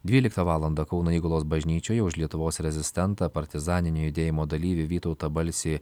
dvyliktą valandą kauno įgulos bažnyčioje už lietuvos rezistentą partizaninio judėjimo dalyvį vytautą balsį